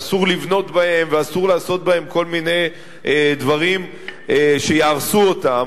שאסור לבנות בהם ואסור לעשות בהם כל מיני דברים שיהרסו אותם,